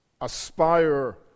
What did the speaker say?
aspire